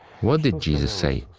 what did jesus say?